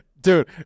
dude